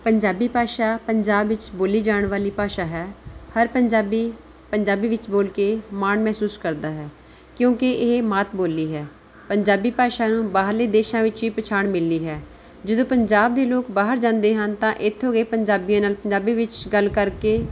ਪੰਜਾਬੀ ਭਾਸ਼ਾ ਪੰਜਾਬ ਵਿੱਚ ਬੋਲੀ ਜਾਣ ਵਾਲੀ ਭਾਸ਼ਾ ਹੈ ਹਰ ਪੰਜਾਬੀ ਪੰਜਾਬੀ ਵਿੱਚ ਬੋਲ ਕੇ ਮਾਣ ਮਹਿਸੂਸ ਕਰਦਾ ਹੈ ਕਿਉਂਕਿ ਇਹ ਮਾਤ ਬੋਲੀ ਹੈ ਪੰਜਾਬੀ ਭਾਸ਼ਾ ਨੂੰ ਬਾਹਰਲੇ ਦੇਸ਼ਾਂ ਵਿੱਚ ਵੀ ਪਛਾਣ ਮਿਲੀ ਹੈ ਜਦੋਂ ਪੰਜਾਬ ਦੇ ਲੋਕ ਬਾਹਰ ਜਾਂਦੇ ਹਨ ਤਾਂ ਇੱਥੋਂ ਗਏ ਪੰਜਾਬੀਆਂ ਨਾਲ ਪੰਜਾਬੀ ਵਿੱਚ ਗੱਲ ਕਰਕੇ